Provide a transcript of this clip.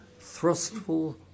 thrustful